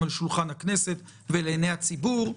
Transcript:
על שולחן הכנסת ולעיני הציבור,